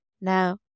Now